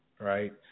right